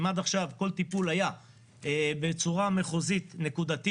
אם עד עכשיו כל טיפול היה בצורה מחוזית נקודתית,